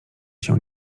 się